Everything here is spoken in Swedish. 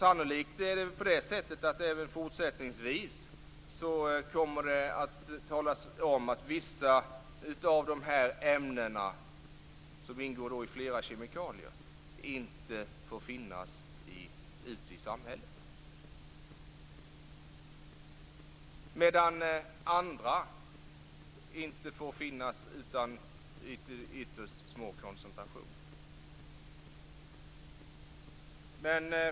Sannolikt kommer det även fortsättningsvis att talas om att vissa av de här ämnena, som ingår i flera kemikalier, inte får finnas ute i samhället, medan andra får finnas endast i ytterst små koncentrationer.